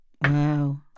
Wow